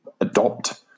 adopt